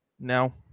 No